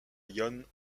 ion